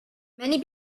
many